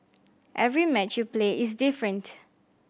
every match you play is different